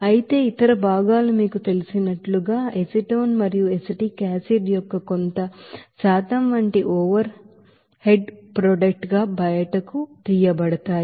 అయితే ఇతర భాగాలు మీకు తెలిసినట్లుగా ఎసిటోన్ మరియు ఎసిటిక్ యాసిడ్ యొక్క కొంత శాతం వంటి ఓవర్ హెడ్ ప్రొడక్ట్ గా బయటకు తీయబడతాయి